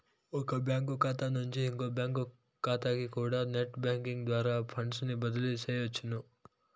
ఒక బ్యాంకు కాతా నుంచి ఇంకో బ్యాంకు కాతాకికూడా నెట్ బ్యేంకింగ్ ద్వారా ఫండ్సుని బదిలీ సెయ్యొచ్చును